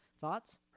Thoughts